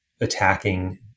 attacking